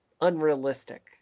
unrealistic